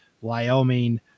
Wyoming